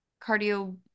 cardio